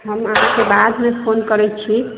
हम अहाँके बादमे फोन करैत छी